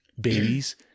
babies